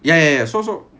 ya ya ya so so